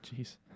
Jeez